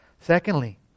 Secondly